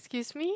excuse me